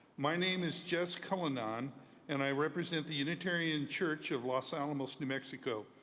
my name is jess culenon and i represent the unitarian church of los alamos, new mexico.